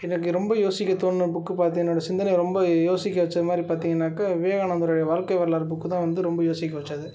எனக்கு ரொம்ப யோசிக்கத் தோணுன புக்கு பார்த்து என்னோட சிந்தனைய ரொம்ப யோசிக்க வச்ச மாதிரி பார்த்தீங்கனாக்கா விவேகானந்தருடைய வாழ்க்கை வரலாறு புக்கு தான் வந்து ரொம்ப யோசிக்க வச்சது